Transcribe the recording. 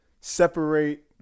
separate